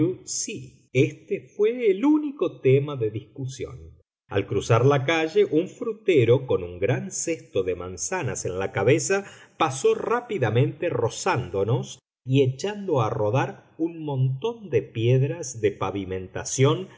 c éste fué el último tema de discusión al cruzar la calle un frutero con un gran cesto de manzanas en la cabeza pasó rápidamente rozándonos y echando a rodar un montón de piedras de pavimentación